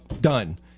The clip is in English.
done